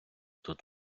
тут